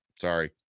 Sorry